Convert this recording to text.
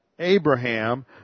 Abraham